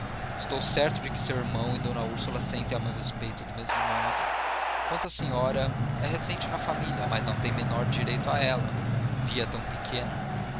estou certo de que seu irmão e d úrsula sentem a meu respeito do mesmo modo quanto à senhora é recente na família mas não tem menor direito que ela via tão pequena